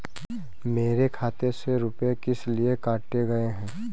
मेरे खाते से रुपय किस लिए काटे गए हैं?